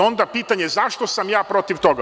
Onda pitanje – zašto sam ja protiv toga?